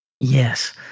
Yes